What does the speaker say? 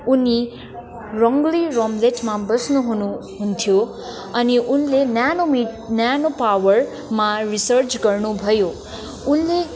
उनी रङ्ली रङ्लियट बस्नु हुनुहुन्थ्यो अनि उनले न्यानो मिट न्यानो पावरमा रिसर्च गर्नु भयो उनले